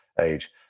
age